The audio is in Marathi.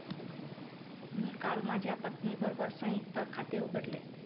मी काल माझ्या पत्नीबरोबर संयुक्त खाते उघडले